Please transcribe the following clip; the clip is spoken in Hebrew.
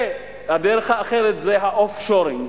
והדרך האחרת זה ה-off-shoring,